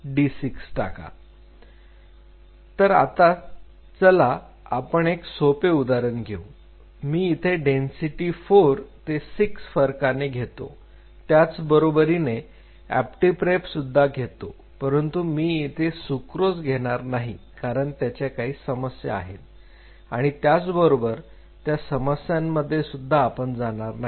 तर चला आता आपण एक सोपे उदाहरण घेऊ मी इथे डेन्सिटी 4 ते 6 फरकाने घेतो त्याच बरोबरीने ऑप्टिप्रेप सुद्धा घेतो परंतु मी येथे सुक्रोज घेणार नाही कारण त्याचे काही समस्या आहेत आणि त्याचबरोबर त्या समस्यांमध्येसुद्धा आपण जाणार नाही